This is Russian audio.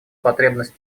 потребность